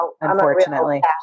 Unfortunately